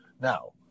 Now